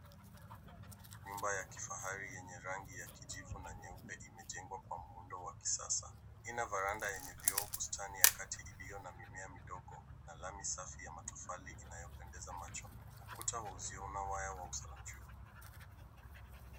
Nyumba ya kifahari yenye rangi ya kijivu na nyeupe imejengwa kwa muundo wa kisasa. Ina varanda yenye vioo bustani ya kati ilio na mimea midogo na lami safi ya matofali inayopendeza macho. Ukuta wa uzio una waya wa usalama juu.